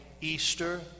Easter